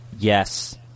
Yes